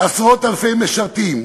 עשרות-אלפי משרתים,